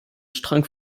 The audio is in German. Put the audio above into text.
strang